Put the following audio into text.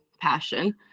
passion